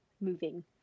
moving